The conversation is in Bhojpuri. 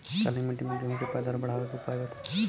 काली मिट्टी में गेहूँ के पैदावार बढ़ावे के उपाय बताई?